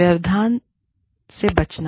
व्यवधान से बचना